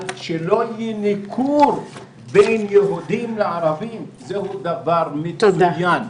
שלא יהיה ניכור בין יהודים לערבים זהו דבר מצוין.